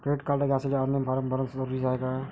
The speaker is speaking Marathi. क्रेडिट कार्ड घ्यासाठी ऑनलाईन फारम भरन जरुरीच हाय का?